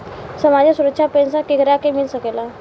सामाजिक सुरक्षा पेंसन केकरा के मिल सकेला?